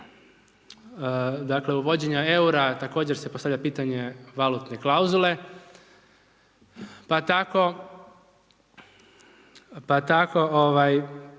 dakle, uvođenja eura također se postavlja pitanje valutne klauzule, pa tako se postavlja